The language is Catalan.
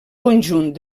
conjunt